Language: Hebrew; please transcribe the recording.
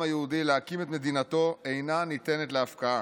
היהודי להקים את מדינתו אינה ניתנת להפקעה.